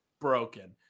Broken